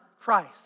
Christ